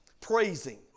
praising